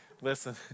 Listen